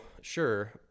sure